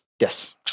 Yes